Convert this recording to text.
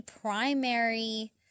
primary